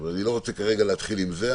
ואני לא רוצה להתחיל כרגע עם זה,